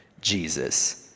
Jesus